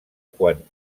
quan